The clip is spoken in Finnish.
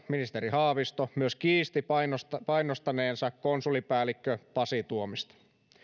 ministeri haavisto myös kiisti painostaneensa konsulipäällikkö pasi tuomista